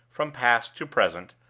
from past to present,